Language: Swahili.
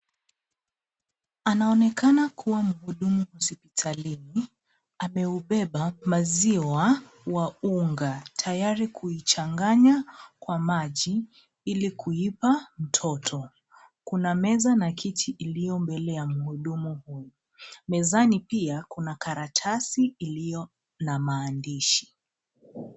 Anaonekana kuwa mhudumu hospitalini, ameubeba maziwa wa unga ,tayari kuichanganya kwa maji ili kuipa mtoto .Kuna meza na kiti iliyo mbele ya mhudumu huyu. Mezani pia kuna karatasi iliyo na maandishi,